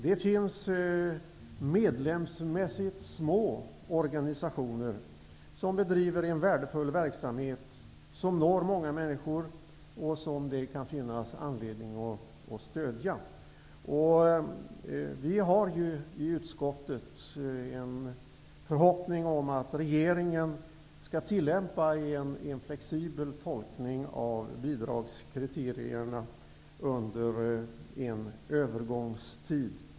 Det finns medlemsmässigt små organisationer vilka bedriver en värdefull verksamhet som når många människor och som det kan finnas anledning att stödja. Vi har i utskottet en förhoppning om att regeringen skall tillämpa en flexibel tolkning av bidragskriterierna under en övergångstid.